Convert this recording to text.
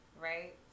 Right